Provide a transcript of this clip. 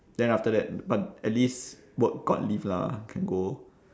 then after that but at least work got leave lah can go